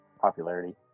popularity